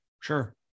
Sure